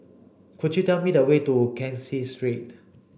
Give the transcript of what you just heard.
could you tell me the way to Kee Seng Street